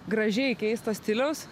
gražiai keisto stiliaus